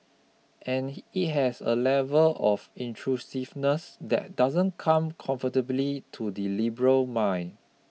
and it has a level of intrusiveness that doesn't come comfortably to the liberal mind